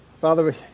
Father